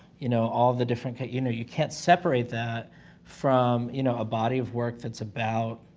you know, all the different case, you know, you can't separate that from, you know, a body of work, that's about